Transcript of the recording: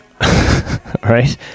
right